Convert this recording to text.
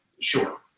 sure